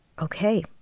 Okay